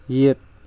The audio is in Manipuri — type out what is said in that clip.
ꯌꯦꯠ